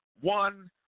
one